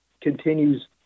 continues